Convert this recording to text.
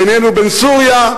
בינינו ובין סוריה,